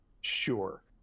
sure